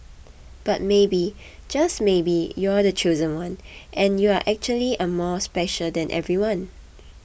but maybe just maybe you're the chosen one and you actually are more special than everyone